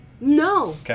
No